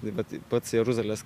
tai vat pats jeruzalės